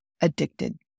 addicted